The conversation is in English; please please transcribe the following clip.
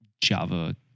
Java